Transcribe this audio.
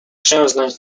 grzęznąć